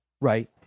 right